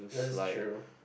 that's true